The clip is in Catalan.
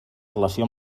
relació